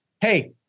Hey